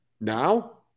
Now